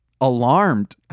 alarmed